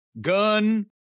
gun